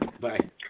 Bye